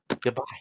goodbye